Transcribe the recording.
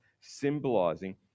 symbolizing